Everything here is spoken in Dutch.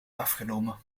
afgenomen